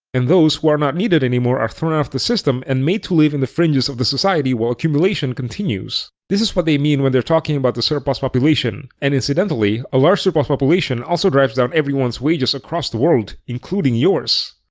and those who are not needed anymore are thrown of the system and made to live in the fringes of the society while accumulation continues. this is what they mean when they're talking about the surplus population, and, incidentally, a large surplus population also drives down everyone's wages across the world, including yours.